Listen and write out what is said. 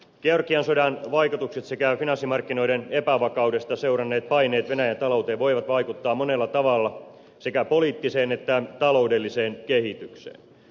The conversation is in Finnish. georgian sodan vaikutukset sekä finanssimarkkinoiden epävakaudesta seuranneet paineet venäjän talouteen voivat vaikuttaa monella tavalla sekä poliittiseen että taloudelliseen kehitykseen